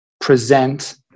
present